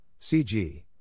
cg